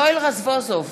יואל רזבוזוב,